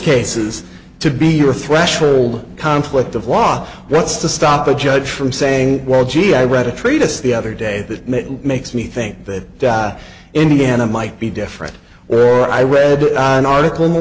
cases to be your threshold conflict of law what's to stop a judge from saying well gee i read a treatise the other day that makes me think that indiana might be different where i read an article in the